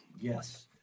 Yes